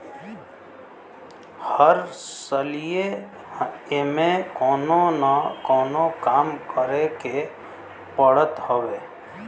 हर सलिए एमे कवनो न कवनो काम करे के पड़त हवे